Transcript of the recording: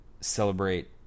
celebrate